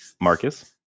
Marcus